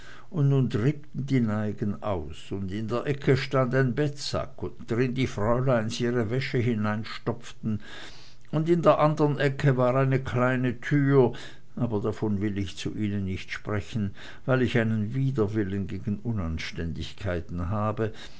und nun drippten die neigen aus und in der ecke stand ein bettsack drin die fräuleins ihre wäsche hineinstopften und in der andern ecke war eine kleine tür aber davon will ich zu ihnen nicht sprechen weil ich einen widerwillen gegen unanständigkeiten habe